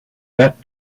that